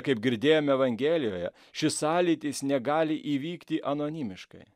kaip girdėjome evangelijoje šis sąlytis negali įvykti anonimiškai